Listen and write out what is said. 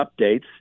updates